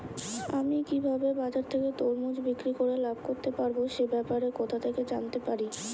আমি কিভাবে বাজার থেকে তরমুজ বিক্রি করে লাভ করতে পারব সে ব্যাপারে কোথা থেকে জানতে পারি?